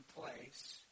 place